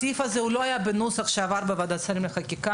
הסעיף הזה לא היה בנוסח שעבר בוועדת שרים לחקיקה.